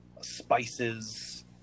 spices